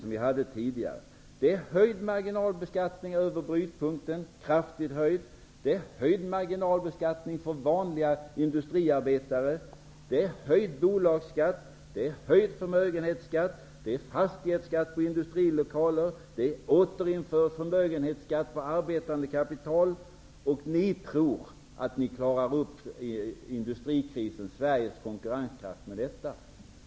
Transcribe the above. Det skall vara kraftigt höjd marginalskatt över brytpunkten, höjd marginalskatt för vanliga industriarbetare, höjd bolagsskatt, höjd förmögenhetsskatt, fastighetsskatt på industrilokaler, återinförd förmögenhetsskatt på arbetande kapital. Ni tror att ni klarar industrikrisen och Sveriges konkurrenskraft med detta.